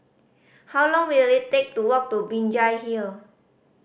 how long will it take to walk to Binjai Hill